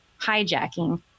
hijacking